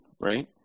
right